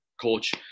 coach